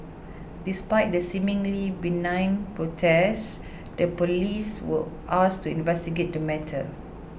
despite the seemingly benign protest the police were asked to investigate the matter